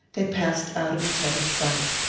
they passed out of each other's sight.